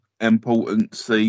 importance